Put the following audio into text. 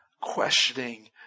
questioning